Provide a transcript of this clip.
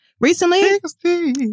recently